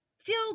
feel